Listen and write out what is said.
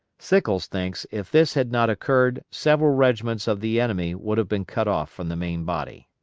sickles thinks if this had not occurred several regiments of the enemy would have been cut off from the main body.